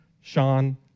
Sean